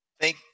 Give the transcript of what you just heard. Thank